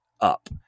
up